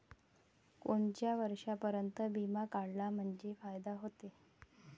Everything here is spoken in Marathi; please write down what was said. कोनच्या वर्षापर्यंत बिमा काढला म्हंजे फायदा व्हते?